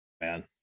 man